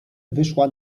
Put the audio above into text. wyszła